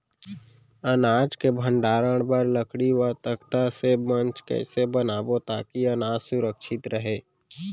अनाज के भण्डारण बर लकड़ी व तख्ता से मंच कैसे बनाबो ताकि अनाज सुरक्षित रहे?